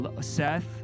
Seth